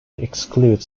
exclude